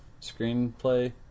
screenplay